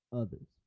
others